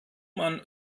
man